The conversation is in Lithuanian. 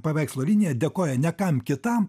paveikslo liniją dėkoja ne kam kitam